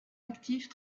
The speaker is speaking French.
actifs